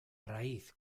raíz